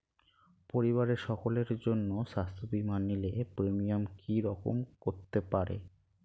পরিবারের সকলের জন্য স্বাস্থ্য বীমা নিলে প্রিমিয়াম কি রকম করতে পারে?